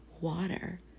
water